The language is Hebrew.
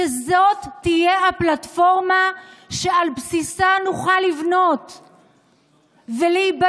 שזאת תהיה הפלטפורמה שעל בסיסה נוכל לבנות ולהיבנות,